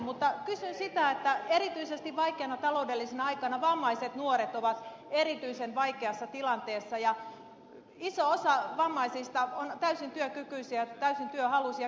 mutta erityisesti vaikeana taloudellisena aikana vammaiset nuoret ovat erityisen vaikeassa tilanteessa ja iso osa vammaisista on täysin työkykyisiä ja täysin työhaluisia